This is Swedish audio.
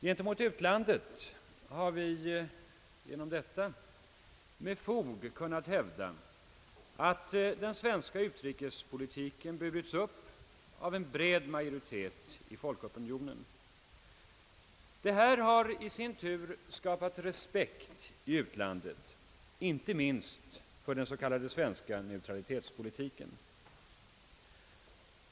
Gentemot utlandet har vi tack vare detta med fog kunnat hävda att den svenska utrikespolitiken burits upp av en bred majoritet i folkopinionen, och det har i sin tur skapat respekt i utlandet inte minst för den s.k. svenska neutralitetspolitiken.